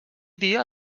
dia